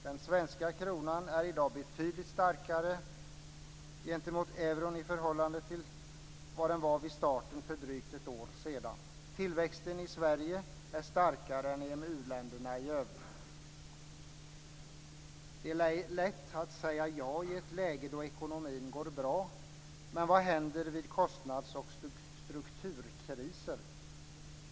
Den svenska kronan är i dag betydligt starkare gentemot euron i förhållande till vad den var vid starten för drygt ett år sedan. Tillväxten i Sverige är starkare än i EMU-länderna i övrigt. Det är lätt att säga ja i ett läge då ekonomin går bra. Man vad händer vid kostnads och strukturkriser?